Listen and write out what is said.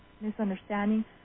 misunderstanding